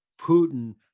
Putin